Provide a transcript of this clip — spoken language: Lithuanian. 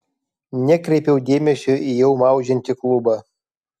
nekreipiau dėmesio į jau maudžiantį klubą